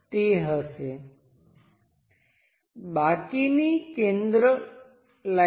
અહીં સમાંતર છે જો આપણે ફરીથી દોરીએ તો તે કદાચ આ રીતે સ્ટેપ જેવું છે આવું શક્ય બને અને આ મટિરિયલને ઉભૂ કટ કરી દૂર કરવામાં આવે છે